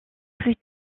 plus